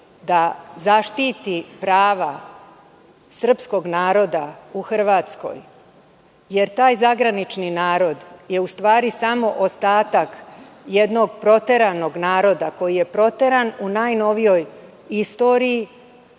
da zaštiti prava srpskog naroda u Hrvatskoj? Taj zagranični narod je u stvari samo ostatak jednog proteranog naroda, koji je proteran u najnovijoj istoriji.